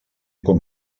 com